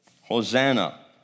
Hosanna